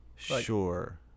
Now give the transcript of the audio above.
Sure